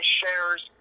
shares